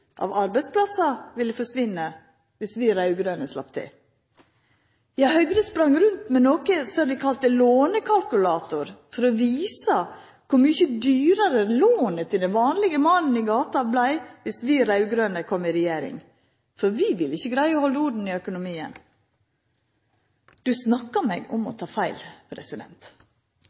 av arbeidsplassar ville forsvinne viss vi raud-grøne slapp til. Ja, Høgre sprang rundt med noko som dei kalla lånekalkulator for å visa kor mykje dyrare lånet til den vanlege mannen i gata vart viss vi raud-grøne kom i regjering. For vi ville ikkje greia å halda orden i økonomien. Du snakka meg om å ta feil!